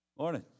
Morning